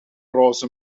roze